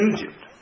Egypt